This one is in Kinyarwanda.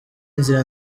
inzira